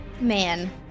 man